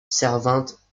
servante